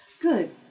Good